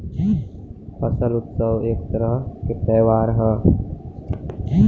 फसल उत्सव एक तरह के त्योहार ह